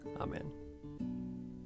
Amen